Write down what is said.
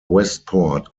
westport